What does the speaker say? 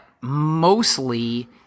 mostly